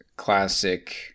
classic